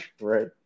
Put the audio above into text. Right